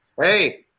Hey